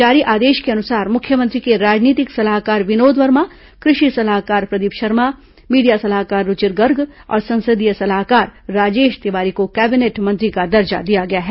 जारी आदेश के अनुसार मुख्यमंत्री के राजनीतिक सलाहकार विनोद वर्मा कृषि सलाहकार प्रदीप शर्मा मीडिया सलाहकार रूचिर गर्ग और संसदीय सलाहकार राजेश तिवारी को कैबिनेट मंत्री का दर्जा दिया गया है